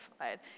right